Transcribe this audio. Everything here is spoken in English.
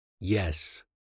Yes